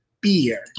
beer